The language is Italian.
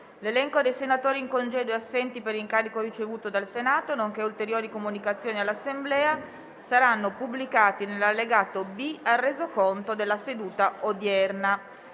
L'elenco dei senatori in congedo e assenti per incarico ricevuto dal Senato, nonché ulteriori comunicazioni all'Assemblea saranno pubblicati nell'allegato B al Resoconto della seduta odierna.